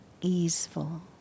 easeful